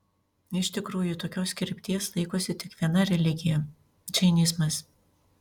iš tikrųjų tokios krypties laikosi tik viena religija džainizmas